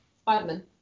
Spider-Man